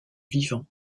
vivant